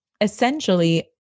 essentially